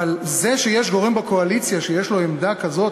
אבל זה שיש גורם בקואליציה שיש לו עמדה כזאת,